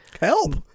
Help